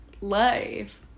life